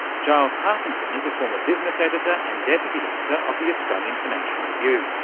giles parkinson is a former business editor and deputy editor of the australian financial review,